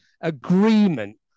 Agreement